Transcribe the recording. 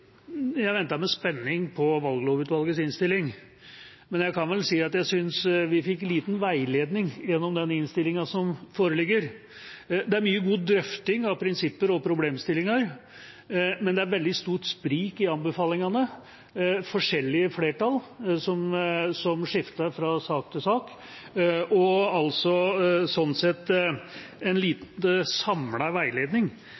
at jeg synes vi fikk liten veiledning gjennom den innstillinga som foreligger. Det er mye god drøfting av prinsipper og problemstillinger, men det er veldig stort sprik i anbefalingene – forskjellige flertall, som skifter fra sak til sak – og altså sånn sett en